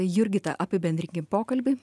jurgita apibendrinkim pokalbį